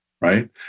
right